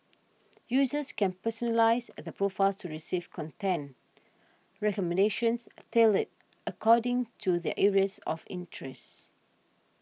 users can personalise add profiles to receive content recommendations tailored according to their areas of interest